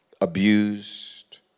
abused